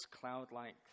cloud-like